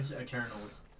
Eternals